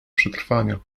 przetrwania